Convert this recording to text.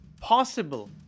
possible